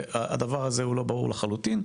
והדבר הזה הוא לא ברור לחלוטין.